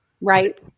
Right